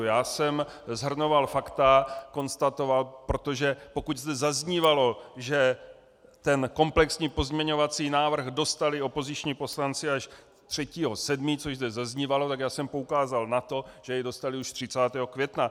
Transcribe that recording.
Já jsem shrnoval fakta, konstatoval, protože pokud zde zaznívalo, že komplexní pozměňovací návrh dostali opoziční poslanci až 3. 7., což zde zaznívalo, tak já jsem poukázal na to, že jej dostali už 30. května.